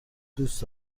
دوست